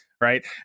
right